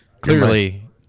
Clearly